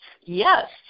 yes